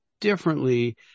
differently